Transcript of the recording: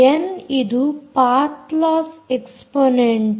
N ಇದು path loss exponent